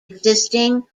existing